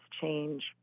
change